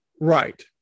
right